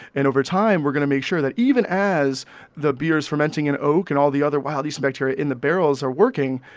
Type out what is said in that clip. and over time we're going to make sure that even as the beer is fermenting in oak and all the other wild yeast and bacteria in the barrels are working,